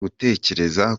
gutekereza